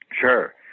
Sure